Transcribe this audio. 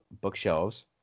bookshelves